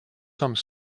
some